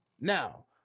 Now